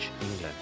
England